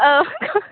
औ